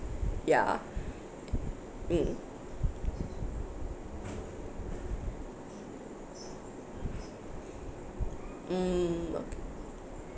ya mm mm okay